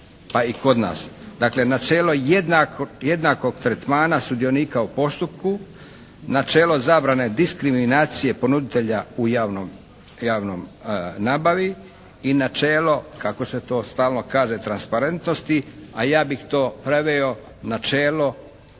a i kod nas. Dakle, načelo jednakog tretmana sudionika u postupku, načelo zabrane diskriminacije ponuditelja u javnoj nabavi i načelo kako se to stalno kaže transparentnosti, a ja bih to preveo načelo